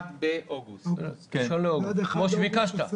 כדי לפתוח את הדיון בנושא הזה צריך בקשה לדיון מחדש.